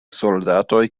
soldatoj